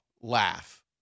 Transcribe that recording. laugh